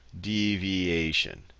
deviation